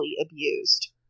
abused